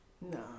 No